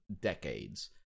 decades